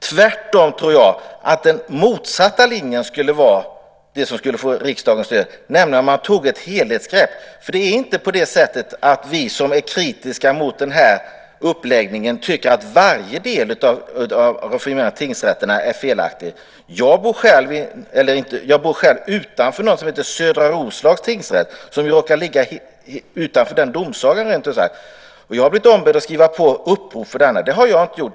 Tvärtom tror jag att den motsatta linjen skulle få riksdagens stöd, nämligen om man tog ett helhetsgrepp. Vi som är kritiska mot det här upplägget tycker inte att varje del av reformen av tingsrätterna är felaktig. Jag bor själv utanför något som heter Södra Roslags tingsrätt, utanför den domsagan rent ut sagt. Jag har blivit ombedd att skriva på upprop för den, men det har jag inte gjort.